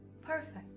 perfect